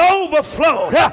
overflowed